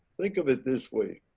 think of it this way.